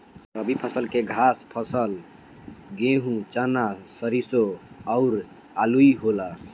रबी फसल के खास फसल गेहूं, चना, सरिसो अउरू आलुइ होला